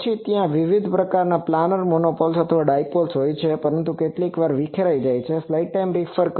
પછી ત્યાં વિવિધ પ્રકારનાં પ્લાનર મોનોપોલ્સ અને ડાઇપોલ્સ હોય છે પરંતુ કેટલીકવાર તે વિખેરાઇ જાય છે વગેરે